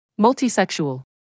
Multisexual